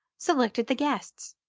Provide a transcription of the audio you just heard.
selected the guests,